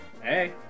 Hey